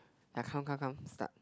ya come come come start